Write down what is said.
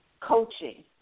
Coaching